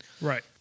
Right